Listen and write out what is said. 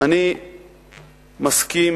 אני מסכים